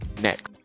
next